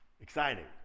exciting